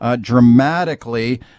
dramatically